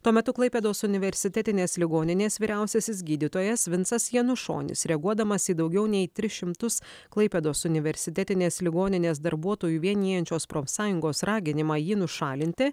tuo metu klaipėdos universitetinės ligoninės vyriausiasis gydytojas vincas janušonis reaguodamas į daugiau nei tris šimtus klaipėdos universitetinės ligoninės darbuotojų vienijančios profsąjungos raginimą jį nušalinti